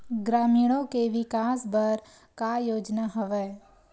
ग्रामीणों के विकास बर का योजना हवय?